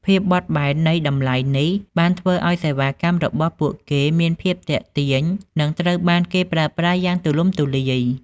ភាពបត់បែននៃតម្លៃនេះបានធ្វើឱ្យសេវាកម្មរបស់ពួកគេមានភាពទាក់ទាញនិងត្រូវបានគេប្រើប្រាស់យ៉ាងទូលំទូលាយ។